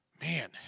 Man